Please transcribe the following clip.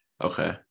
okay